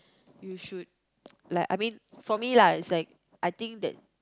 you should like I mean for me lah it's like I think that